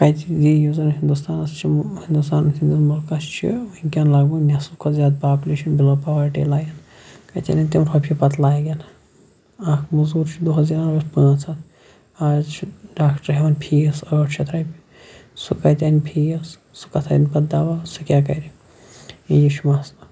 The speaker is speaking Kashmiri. ہِندُستان چھِ ہِندُستانَس یُس زَن مُلکَس چھِ ونکٮ۪ن لَگ بَگ نٮ۪صف کھوٚتہ زیاد پوپُلیشَن بِلو پووَرٹی لایِن کَتہِ اَنن تِم رۄپیہِ پَتہٕ لاگن اکھ موٚزوٗر چھُ دُوٚہَس زینان رۄپٮ۪س پانٛژھ ہَتھ آز چھِ ڈاکٹَر ہیٚوان پھیٖس ٲٹھ شَتھ رۄپیہِ سُہ کَتہِ اَنہِ پھیٖس سُہ کَتھ اَنہِ پَتہٕ دَوا سُہ کیا کَرِ یی چھُ مَسلہٕ